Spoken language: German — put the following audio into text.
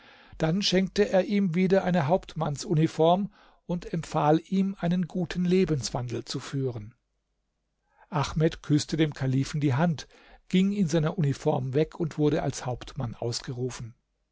dann schenkte er ihm wieder eine hauptmannsuniform und empfahl ihm einen guten lebenswandel zu führen ahmed küßte dem kalifen die hand ging in seiner uniform weg und wurde als hauptmann ausgerufen